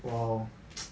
!wow!